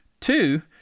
Two